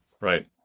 Right